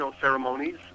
ceremonies